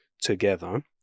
together